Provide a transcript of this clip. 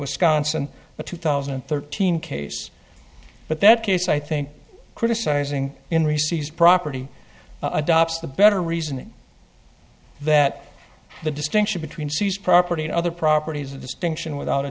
wisconsin but two thousand and thirteen case but that case i think criticizing in reseize property adopts the better reason that the distinction between seize property and other properties of distinction without a